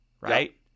right